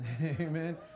Amen